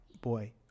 Boy